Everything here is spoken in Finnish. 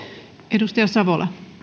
arvoisa rouva